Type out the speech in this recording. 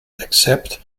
accept